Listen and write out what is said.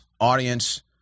audience